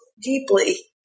deeply